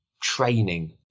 training